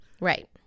Right